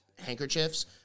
handkerchiefs